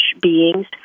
beings